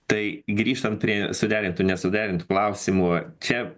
tai grįžtant prie suderintų nesuderintų klausimų čia